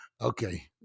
okay